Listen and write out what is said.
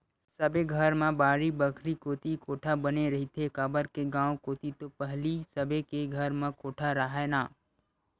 सबे घर मन म बाड़ी बखरी कोती कोठा बने रहिथे, काबर के गाँव कोती तो पहिली सबे के घर म कोठा राहय ना